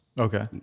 okay